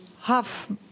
half